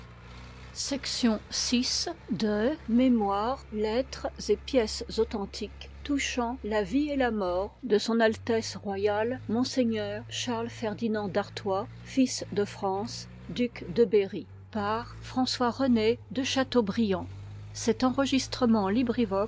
de seine mémoires lettres et pièges authentiques touchant la vie et la mort de s a r monseigneur charles ferdinand dartois fils de france duc de berry par m le v de chateaubriand